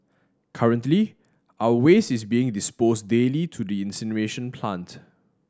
currently our waste is being disposed daily to the incineration plant